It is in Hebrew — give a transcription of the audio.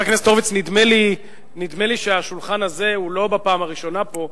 נדמה לי שהשולחן הזה הוא לא בפעם הראשונה פה.